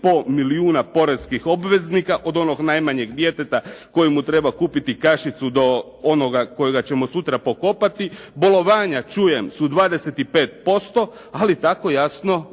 4,5 milijuna poreznih obveznika, od onog najmanjeg djeteta kojemu treba kupiti kašicu do onoga kojega ćemo sutra pokopati, bolovanja čujem su 25%, ali tako jasno